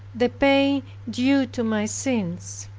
the pain due to my sins.